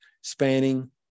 spanning